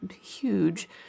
huge